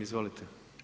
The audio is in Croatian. Izvolite.